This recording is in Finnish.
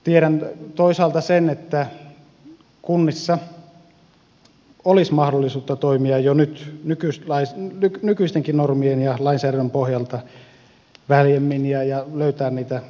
tiedän toisaalta sen että kunnissa olisi mahdollisuuksia toimia jo nykyistenkin normien ja lainsäädännön pohjalta väljemmin ja löytää niitä säästökeinoja